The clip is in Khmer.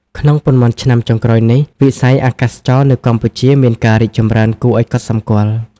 ក្នុងប៉ុន្មានឆ្នាំចុងក្រោយនេះ វិស័យអាកាសចរណ៍នៅកម្ពុជាមានការរីកចម្រើនគួរឲ្យកត់សម្គាល់។